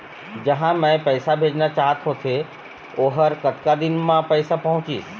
जहां मैं पैसा भेजना चाहत होथे ओहर कतका दिन मा पैसा पहुंचिस?